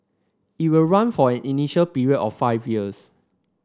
it will run for an initial period of five years